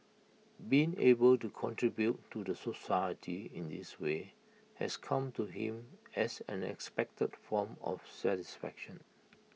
being able to contribute to the society in this way has come to him as an unexpected form of satisfaction